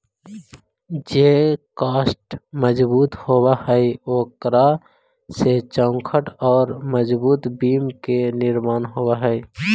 जे काष्ठ मजबूत होवऽ हई, ओकरा से चौखट औउर मजबूत बिम्ब के निर्माण होवऽ हई